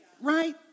right